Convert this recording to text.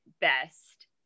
best